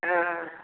हँ